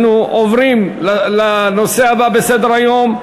אנחנו עוברים לנושא הבא בסדר-היום,